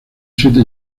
siete